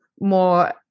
more